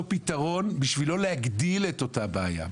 פתרון בשביל לא להגדיל את אותה בעיה.